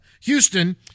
Houston